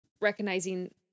recognizing